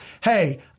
hey